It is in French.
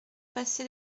passé